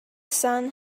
sun